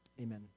Amen